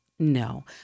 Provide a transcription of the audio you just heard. No